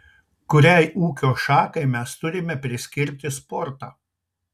kuriai ūkio šakai mes turime priskirti sportą